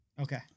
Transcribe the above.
Okay